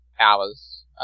hours